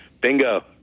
bingo